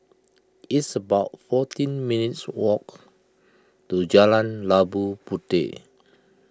it's about fourteen minutes' walk to Jalan Labu Puteh